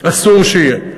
אסור שיהיה.